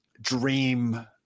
dream